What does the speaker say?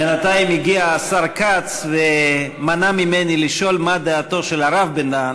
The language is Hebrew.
בינתיים הגיע השר כץ ומנע ממני לשאול מה דעתו של הרב בן-דהן,